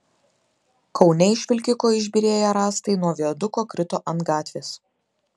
kaune iš vilkiko išbyrėję rąstai nuo viaduko krito ant gatvės